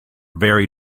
very